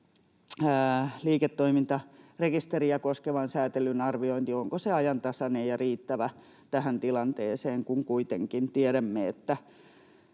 liiketoimintarekisteriä koskevan säätelyn arviointi, onko se ajantasainen ja riittävä tähän tilanteeseen, kun kuitenkin tiedämme, että